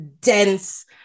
dense